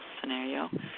scenario